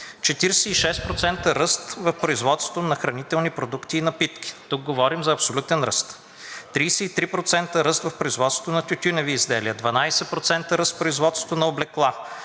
46% ръст в производството на хранителни продукти и напитки, тук говорим за абсолютен ръст; 33% ръст в производството на тютюневи изделия; 12% ръст в производството на облекла;